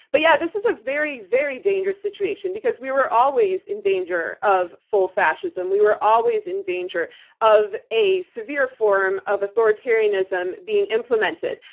but yeah, this is a very, very dangerous situation because we were always in danger of full fascism. we were always in danger of a severe form of authoritarianism being implemented.